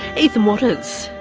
ethan watters,